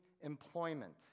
employment